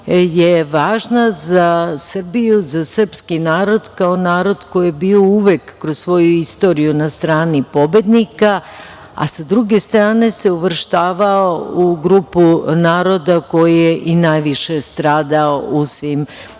je važna za Srbiju, za srpski narod, kao narod koji je bio uvek kroz svoju istoriju na strani pobednika, a sa druge strane se uvrštavao u grupu naroda koji je i najviše stradao u svim ratovima,